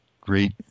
great